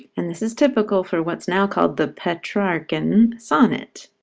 and this is typical for what's now called the petrarchan sonnet.